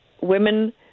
women